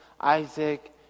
Isaac